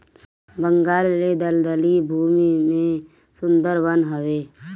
बंगाल ले दलदली भूमि में सुंदर वन हवे